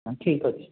ହଁ ଠିକ୍ ଅଛି